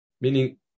meaning